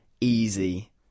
easy